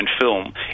film